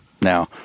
Now